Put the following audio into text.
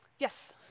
Yes